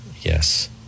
Yes